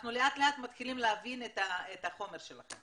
אנחנו לאט לאט מתחילים להבין את החומר שלכם,